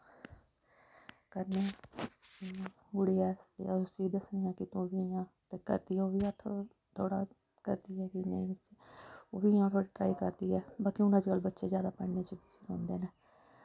करने आं इ'यां कुड़ी ऐ उसी दस्सने आं कि तूं इ'यां ते करदी ओह् बी हत्थ थोह्ड़ा करदी ऐ कि इ'यां ओह् बी इ'यां थोह्ड़ी ट्राई करदी ऐ बाकी हून बच्चे अज्जकल जादा पढ़ने दे पिच्छें रौंह्दे न